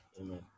Amen